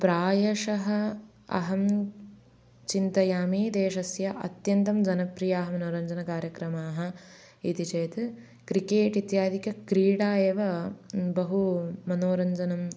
प्रायशः अहं चिन्तयामि देशस्य अत्यन्तं जनप्रियमनोरञ्जनकार्यक्रमाः इति चेत् क्रिकेट् इत्यादिक्रीडाः एव बहु मनोरञ्जनं